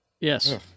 Yes